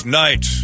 night